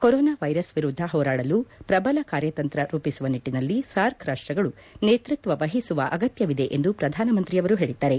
corona virus ವಿರುದ್ದ ಹೋರಾದಲು ಪ್ರಬಲ ಕಾರ್ಯತಂತ್ರ ರೂಪಿಸುವ ನಿಟ್ಟಿನಲ್ಲಿ ಸಾರ್ಕ್ ರಾಷ್ಟಗಳು ನೇತೃತ್ವ ವಹಿಸುವ ಅಗತ್ಯವಿದೆ ಎಂದು ಪ್ರಧಾನಮಂತ್ರಿಯವರು ಹೇಳಿದ್ದಾರೆ